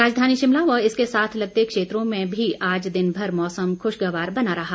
राजधानी शिमला व इसके साथ लगते क्षेत्रों में भी आज दिनभर मौसम खुशगवार बना रहा